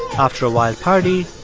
after a wild party,